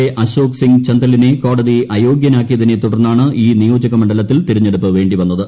A Ashok Singh ചന്ദലിനെ കോടതി അയോഗ്യനാക്കിയതിനെ തുടർന്നാണ് ഈ നിയോജക മണ്ഡലത്തിൽ തിരഞ്ഞെടുപ്പ് വേണ്ടിവന്നത്